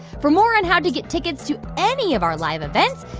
for more on how to get tickets to any of our live events,